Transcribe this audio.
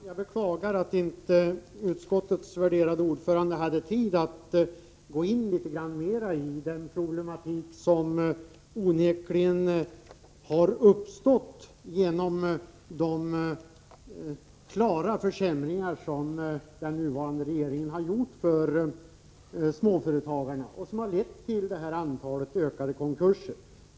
Herr talman! Jag beklagar att utskottets värderade ordförande inte hade tid att gå in litet mera på den problematik som onekligen har uppstått genom de klara försämringar för småföretagarna som den nuvarande regeringen har genomfört och som har lett till det ökade antalet konkurser.